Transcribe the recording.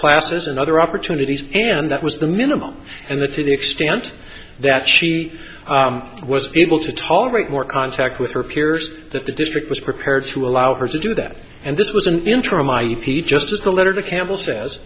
classes and other opportunities and that was the minimum and the to the extent that she was able to tolerate more contact with her peers that the district was prepared to allow her to do that and this was an interim i e p just as the letter to campbell says